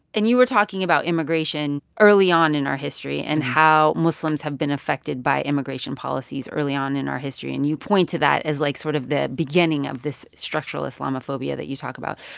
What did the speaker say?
and you were talking about immigration early on in our history and how muslims have been affected by immigration policies early on in our history, and you point to that as like sort of the beginning of this structural islamophobia that you talk about,